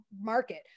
market